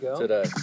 today